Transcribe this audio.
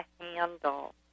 handle